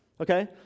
Okay